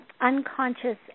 unconscious